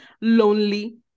lonely